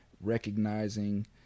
recognizing